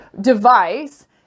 device